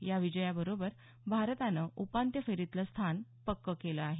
या विजयाबरोबर भारतानं उपांत्य फेरीतलं स्थान पक्क केलं आहे